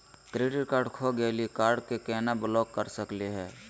Credit card खो गैली, card क केना ब्लॉक कर सकली हे?